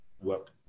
work